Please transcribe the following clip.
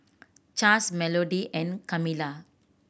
Chas Melody and Kamilah